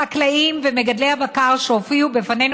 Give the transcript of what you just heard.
החקלאים ומגדלי הבקר שהופיעו בפנינו